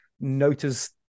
notice